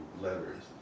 letters